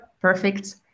perfect